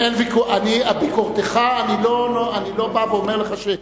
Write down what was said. יש הרבה רבנים שלבם ופיהם שווים,